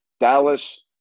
Dallas